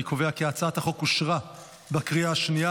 אני קובע כי הצעת החוק אושרה בקריאה השנייה.